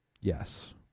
Yes